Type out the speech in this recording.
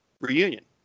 reunion